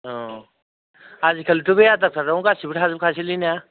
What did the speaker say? औ आजिखालिथ' बे आधार कार्ड आवनो गासिबो थाजोबखासैलै ना